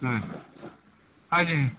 ਹਾਂਜੀ